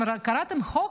אתם קראתם את החוק?